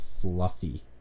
fluffy